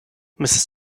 mrs